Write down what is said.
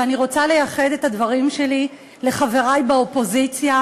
ואני רוצה לייחד את הדברים שלי לחברי באופוזיציה,